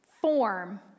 form